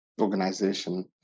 organization